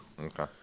Okay